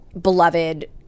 beloved